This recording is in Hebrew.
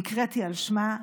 ונקראתי על שמה.